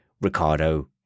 Ricardo